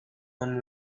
one